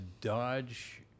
Dodge